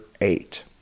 eight